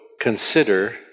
consider